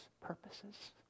purposes